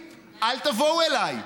אם אני חותמת גומי, אל תבואו אליי.